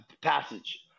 passage